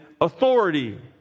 authority